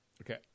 Okay